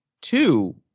two